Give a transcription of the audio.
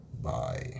bye